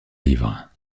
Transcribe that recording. livres